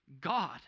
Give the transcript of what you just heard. God